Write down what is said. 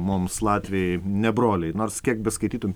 mums latviai ne broliai nors kiek beskaitytum